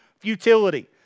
futility